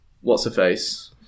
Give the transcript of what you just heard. what's-her-face